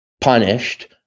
punished